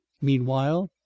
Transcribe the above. Meanwhile